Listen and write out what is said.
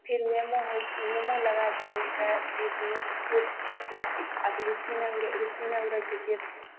फेर नेमो होइ छै नेमो लगाय सकै छै केशमे केश ठीक अथी रूसी नहि उड़ै रूसी नहि उड़ै छै केश